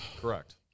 Correct